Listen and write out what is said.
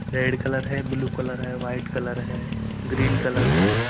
red colour है blue colour है white colour है ग्रीन कलर है